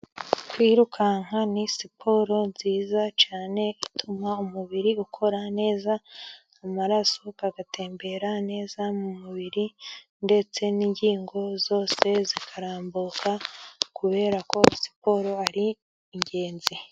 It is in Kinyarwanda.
Kwirukanka ni siporo nziza cyane ituma umubiri ukora neza, amaraso agatembera neza mu mubiri, ndetse n'ingingo zose zikarambuka kubera ko siporo ari ingenzi.